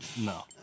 no